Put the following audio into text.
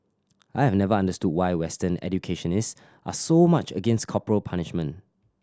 I have never understood why Western educationist are so much against corporal punishment